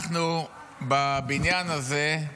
אנחנו, בבניין הזה,